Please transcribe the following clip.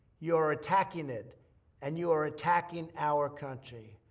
you're attacking it and you are attacking our country.